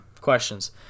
questions